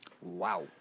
Wow